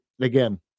again